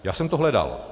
Já jsem to hledal.